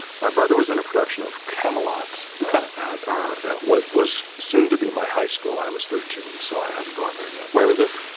my brother was in a production of camelot at our at what was soon to be my high school. i was thirteen so i hadn't gone there yet where was this?